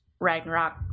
Ragnarok